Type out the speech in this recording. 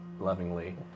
Lovingly